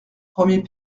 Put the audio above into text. premier